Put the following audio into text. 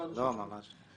לא, ממש לא.